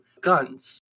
Guns